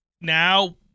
now